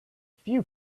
few